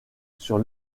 sur